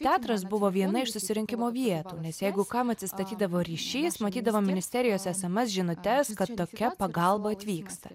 teatras buvo viena iš susirinkimo vietų nes jeigu kam atsistatydavo ryšys matydavo ministerijos esamas žinutes kad tokia pagalba atvyksta